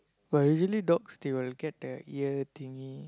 but usually dogs they will get the ear thingy